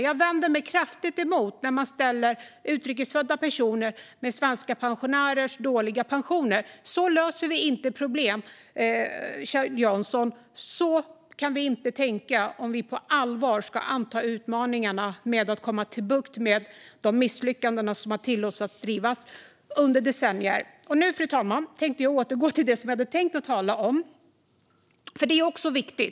Jag vänder mig kraftigt mot när man ställer utrikes födda personer mot svenska pensionärer med dåliga pensioner. Så löser vi inte problem, Kjell Jansson. Så kan vi inte tänka om vi på allvar ska anta utmaningarna med att få bukt med de misslyckanden som har tillåtits under decennier. Fru talman! Nu ska jag ta upp det som jag hade tänkt att tala om och som också är viktigt.